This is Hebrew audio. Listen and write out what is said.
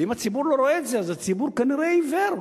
ואם הציבור לא רואה את זה אז הציבור כנראה עיוור,